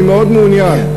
אני מאוד מעוניין.